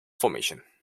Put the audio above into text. formation